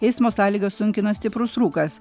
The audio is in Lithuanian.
eismo sąlygas sunkina stiprus rūkas